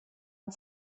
and